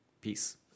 Peace